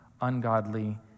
ungodly